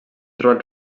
trobat